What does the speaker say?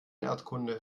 erdkunde